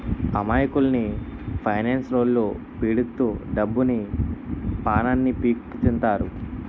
అమాయకుల్ని ఫైనాన్స్లొల్లు పీడిత్తు డబ్బుని, పానాన్ని పీక్కుతింటారు